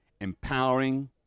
empowering